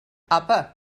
apa